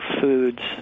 foods